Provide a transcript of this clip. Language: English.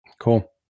Cool